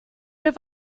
have